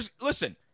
Listen